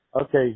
Okay